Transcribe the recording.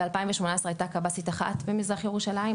ב-2018 היתה קב"סית אחת במזרח ירושלים,